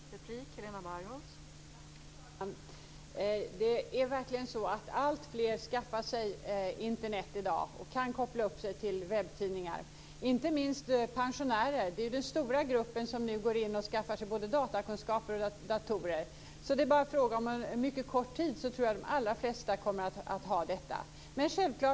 Fru talman! Det är verkligen så att alltfler skaffar sig Internet i dag och kan koppla upp sig till webbtidningar. Det gäller inte minst pensionärer som är den stora grupp som nu skaffar sig både datakunskaper och datorer. Jag tror att det bara är fråga om en mycket kort tid innan de flesta kommer att ha detta.